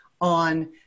on